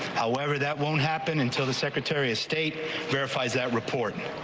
however that won't happen until the secretary of state verifies that report.